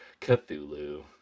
Cthulhu